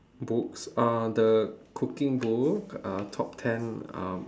books uh the cooking book uh top ten um